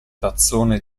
tazzone